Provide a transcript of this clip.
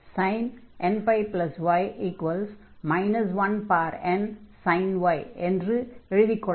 மேலும் sin nπy 1nsin y என்று எழுதிக் கொள்ளலாம்